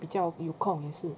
比较有空也是